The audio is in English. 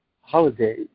holiday